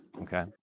Okay